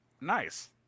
Nice